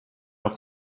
auf